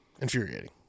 infuriating